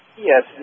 Yes